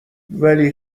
ولی